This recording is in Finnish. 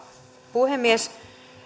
puhemies